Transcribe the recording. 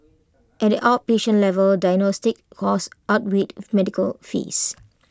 at the outpatient level diagnostic costs outweighed medical fees